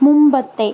മുമ്പത്തെ